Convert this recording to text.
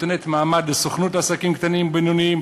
נותנת מעמד לסוכנות לעסקים קטנים ובינוניים